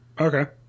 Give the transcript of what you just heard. Okay